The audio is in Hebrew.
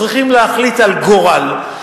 צריכים להחליט על גורל,